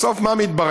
בסוף, מה מתברר?